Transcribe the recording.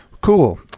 Cool